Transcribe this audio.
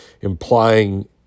implying